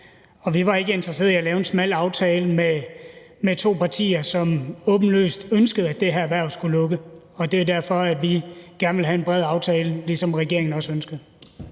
Vi var ikke interesseret i at lave en smal aftale med to partier, som åbenlyst ønskede, at det her erhverv skulle lukke, og det er derfor, vi gerne ville have en bred aftale, ligesom regeringen også ønskede.